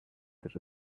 there